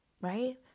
right